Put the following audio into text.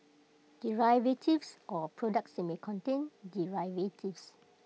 derivatives or products that may contain derivatives